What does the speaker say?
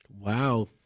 Wow